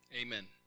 Amen